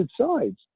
sides